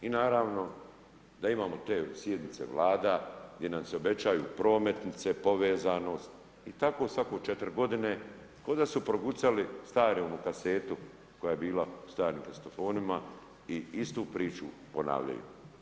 I naravno da imamo te sjednice Vlada gdje nam se obećaju prometnice, povezanost i tako svake 4 godine koda su progutali staru onu kazetu koja je bila u starim kazetofonima i istu priču ponavljaju.